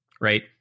Right